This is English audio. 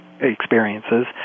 experiences